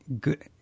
good